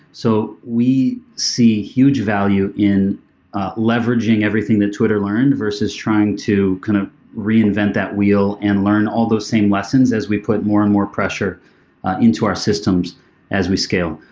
so we see huge value in leveraging everything that twitter learned versus trying to kind of reinvent that wheel and learn all those same lessons as we put more and more pressure into our systems as we scale.